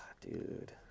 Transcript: dude